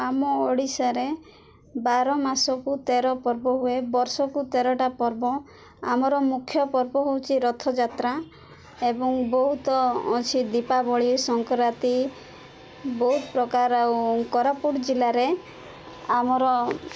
ଆମ ଓଡ଼ିଶାରେ ବାର ମାସକୁ ତେର ପର୍ବ ହୁଏ ବର୍ଷକୁ ତେରଟା ପର୍ବ ଆମର ମୁଖ୍ୟ ପର୍ବ ହଉଛି ରଥଯାତ୍ରା ଏବଂ ବହୁତ ଅଛି ଦୀପାବଳି ସଂକ୍ରାନ୍ତି ବହୁତ ପ୍ରକାର ଆଉ କୋରାପୁଟ ଜିଲ୍ଲାରେ ଆମର